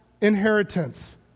inheritance